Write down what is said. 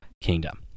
kingdom